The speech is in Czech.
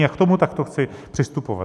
A k tomu takto chci přistupovat.